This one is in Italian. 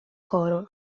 coro